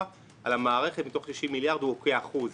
על המערכת מתוך 60 מיליארד הוא כ-1%.